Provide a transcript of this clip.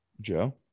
Joe